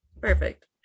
Perfect